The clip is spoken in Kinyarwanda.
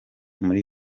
muri